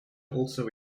also